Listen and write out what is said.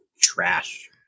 trash